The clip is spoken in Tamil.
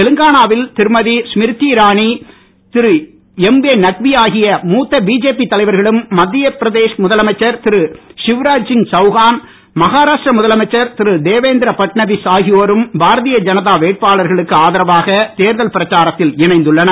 தெலங்கானாவில் திருமதி ஸ்மிரிதி இரானி திரு எம்ஏ நக்வி ஆகிய மூத்த பிஜேபி தலைவர்களுடன் மத்திய பிரதேஷ் முதலமைச்சர் திரு ஷிவ்ராஜ் சிங் சௌகான் மகாராஷ்டிர முதலமைச்சர் திரு தேவேந்திர பட்நவீஸ் வேட்பாளர்களுக்கு ஆதரவாக தேர்தல் பிரச்சாரத்தில் இணைந்துள்ளனர்